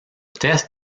test